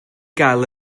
gael